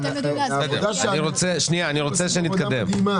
לכן כשאני שומע שהם יצטרכו להעלות מחירים גבוה